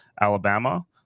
Alabama